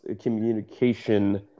communication